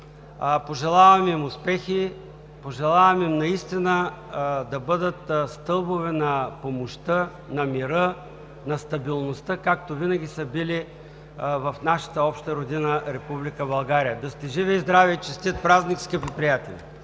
Пожелавам им успехи, пожелавам им наистина да бъдат стълбове на помощта, на мира, на стабилността, както винаги са били в нашата обща родина Република България. Да сте живи и здрави! Честит празник, скъпи приятели!